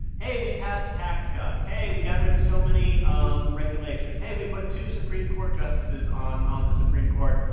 hey, we passed tax cuts. hey, we got rid of so many um regulations. hey, we put two supreme court justices on on the supreme court.